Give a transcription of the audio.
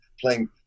playing